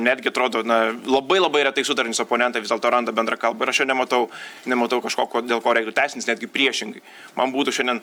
netgi atrodo na labai labai retai sutariantys oponentai vis dėlto randa bendrą kalbą ir aš čia nematau nematau kažko ko dėl ko reiktų teisinis netgi priešingai man būtų šiandien